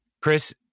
Chris